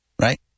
right